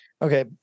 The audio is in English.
Okay